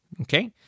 Okay